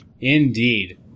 Indeed